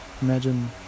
imagine